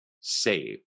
save